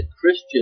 Christian